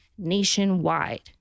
nationwide